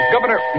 Governor